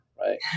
right